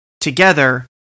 together